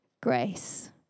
Grace